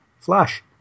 Flash